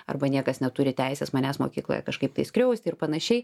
arba niekas neturi teisės manęs mokykloje kažkaip tai skriausti ir panašiai